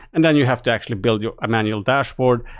and then you have to actually build your manual dashboard,